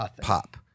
pop